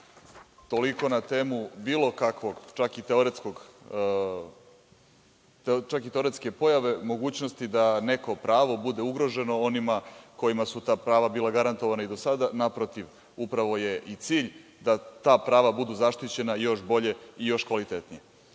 Toliko na temu bilo kakvog, čak i teoretske pojave mogućnosti da neko pravo bude ugroženo onima kojima su ta prava bila garantovana i do sada. Naprotiv, upravo je i cilj da ta prava budu zaštićena još bolje i još kvalitetnije.